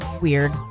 weird